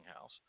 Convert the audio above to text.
house